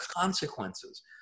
consequences